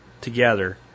together